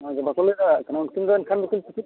ᱦᱳᱭ ᱜᱮ ᱵᱟᱠᱚ ᱞᱟᱹᱭ ᱫᱟᱲᱮᱭᱟᱜ ᱠᱟᱱᱟ ᱩᱱᱤ ᱠᱤᱱ ᱫᱚ ᱮᱱᱠᱷᱟᱱ ᱫᱚᱠᱤᱱ